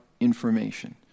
information